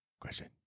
question